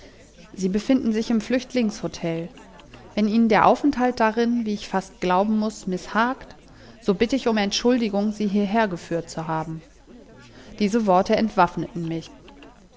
sie befinden sich im flüchtlings hotel wenn ihnen der aufenthalt darin wie ich fast glauben muß mißhagt so bitt ich um entschuldigung sie hierher geführt zu haben diese worte entwaffneten mich